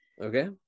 Okay